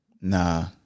Nah